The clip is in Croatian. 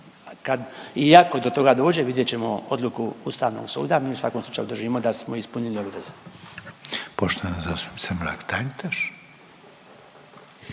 ako do toga dođe vidjeti ćemo odluku Ustavnog suda, mi u svakom slučaju držimo da smo ispunili obveze. **Reiner, Željko